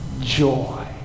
joy